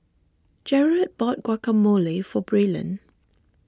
Jerod bought Guacamole for Braylon